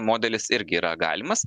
modelis irgi yra galimas